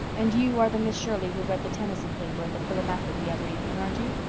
and you are the miss shirley who read the tennyson paper at the philomathic the other evening, aren't you?